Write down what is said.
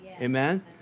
Amen